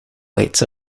weights